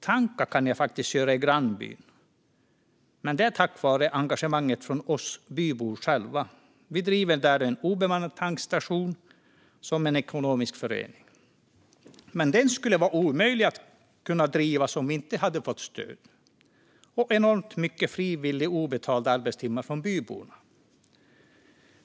Tanka kan jag faktiskt göra i grannbyn, med det är tack vare engagemanget från oss bybor som där driver en obemannad tankstation som en ekonomisk förening. Men den skulle vara omöjlig att driva om vi inte hade fått stöd och enormt många frivilliga obetalda arbetstimmar från byborna.